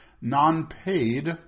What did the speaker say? Non-paid